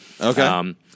Okay